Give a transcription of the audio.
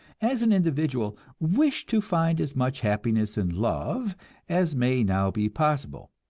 as an individual, wish to find as much happiness in love as may now be possible,